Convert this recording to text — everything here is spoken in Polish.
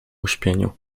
uśpieniu